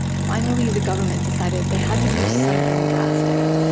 finally, the government decided they had to do something drastic.